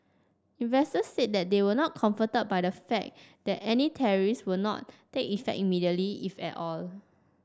investors said they were not comforted by the fact that any tariffs would not take effect immediately if at all